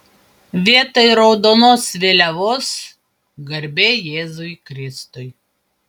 vietoj raudonos vėliavos garbė jėzui kristui